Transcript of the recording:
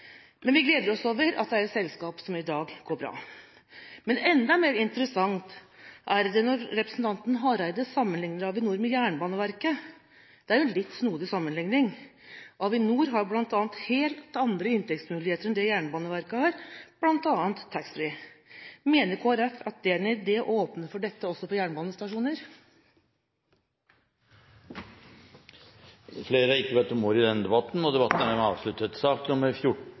men vi gleder oss over at det er et selskap som i dag går bra. Men enda mer interessant er det når representanten Hareide sammenligner Avinor med Jernbaneverket. Det er jo en litt snodig sammenligning. Avinor har bl.a. helt andre inntektsmuligheter enn det Jernbaneverket har, bl.a. taxfree. Mener Kristelig Folkeparti at det er en idé å åpne for dette også på jernbanestasjoner? Flere har ikke bedt om ordet til sak nr. 14. Etter ønske fra transport- og